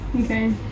Okay